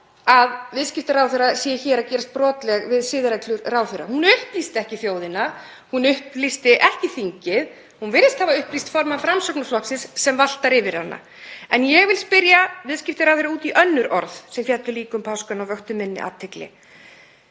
að viðskiptaráðherra sé hér að gerast brotleg við siðareglur ráðherra. Hún upplýsti ekki þjóðina, hún upplýsti ekki þingið. Hún virðist hafa upplýst formann Framsóknarflokksins sem valtar yfir hana. En ég vil spyrja viðskiptaráðherra út í önnur orð sem féllu líka um páskana og vöktu minni athygli